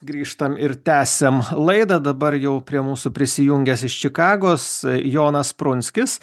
grįžtam ir tęsiam laidą dabar jau prie mūsų prisijungęs iš čikagos jonas prunskis